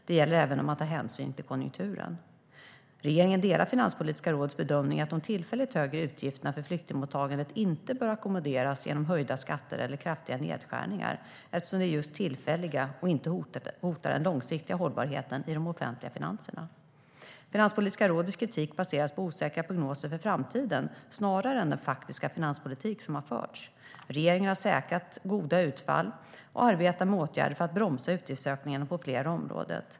Det gäller även om man tar hänsyn till konjunkturen. Regeringen delar Finanspolitiska rådets bedömning att de tillfälligt högre utgifterna för flyktingmottagandet inte bör ackommoderas genom höjda skatter eller kraftiga nedskärningar eftersom de är just tillfälliga och inte hotar den långsiktiga hållbarheten i de offentliga finanserna. Finanspolitiska rådets kritik baseras på osäkra prognoser för framtiden snarare än den faktiska finanspolitik som har förts. Regeringen har säkrat goda utfall och arbetar med åtgärder för att bromsa utgiftsökningar på flera områden.